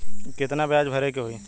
कितना ब्याज भरे के होई?